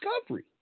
discovery